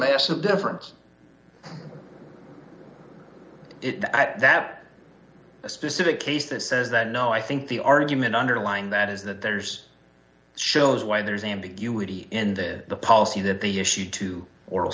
massive difference it that a specific case that says that no i think the argument underlying that is that there's shows why there's ambiguity in the policy that the issue to oral